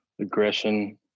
aggression